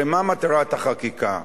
הרי מה מטרת החקיקה?